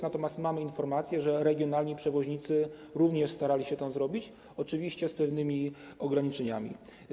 Natomiast mamy informację, że regionalni przewoźnicy również starali się to zrobić, oczywiście z pewnymi ograniczeniami.